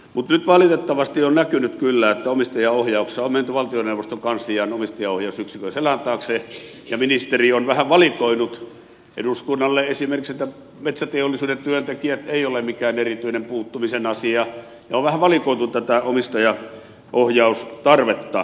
nyt valitettavasti on näkynyt kyllä että omistajaohjauksessa on menty valtioneuvoston kanslian omistajaohjausyksikön selän taakse ja ministeri on vähän valikoinut eduskunnalle esimerkiksi että metsäteollisuuden työntekijät eivät ole mikään erityinen puuttumisen asia on vähän valikoitu tätä omistajaohjaustarvetta